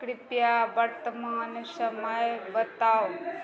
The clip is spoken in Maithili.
कृपया बर्तमान समय बताउ